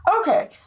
Okay